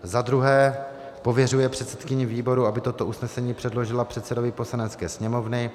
II. pověřuje předsedkyni výboru, aby toto usnesení předložila předsedovi Poslanecké sněmovny;